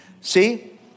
See